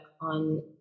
on